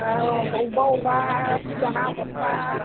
औ अबबा अबबा बिदन आगरफ्रा